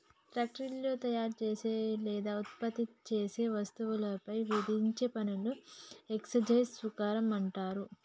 పాన్ట్రీలో తమరు చేసే లేదా ఉత్పత్తి చేసే వస్తువులపై విధించే పనులను ఎక్స్చేంజ్ సుంకం అంటారు